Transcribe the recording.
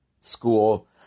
school